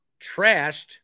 trashed